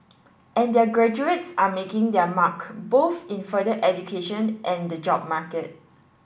and their graduates are making their mark both in further education and the job market